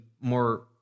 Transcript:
more